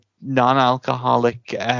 non-alcoholic